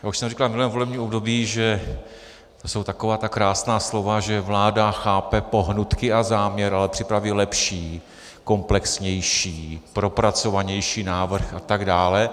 To už jsem říkal v minulém volebním období, že jsou taková ta krásná slova, že vláda chápe pohnutky a záměr, ale připraví lepší, komplexnější, propracovanější návrh atd.